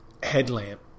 headlamp